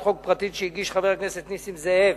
חוק פרטית שהגיש חבר הכנסת נסים זאב.